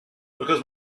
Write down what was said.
because